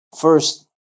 first